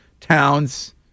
town's